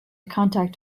contact